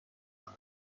همه